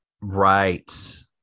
Right